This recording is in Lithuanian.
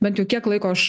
bet jau kiek laiko aš